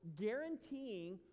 guaranteeing